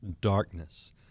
darkness